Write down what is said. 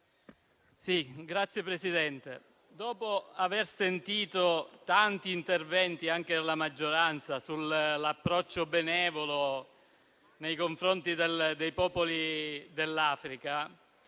Signora Presidente, dopo aver ascoltato tanti interventi, anche da parte della maggioranza, sull'approccio benevolo nei confronti dei popoli dell'Africa,